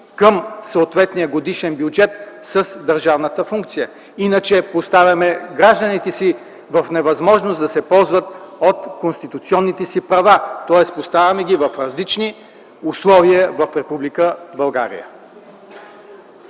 към съответния годишен бюджет с държавната функция, иначе поставяме гражданите си в невъзможност да се ползват от конституционните си права. Тоест поставяме ги в различни условия в Република България.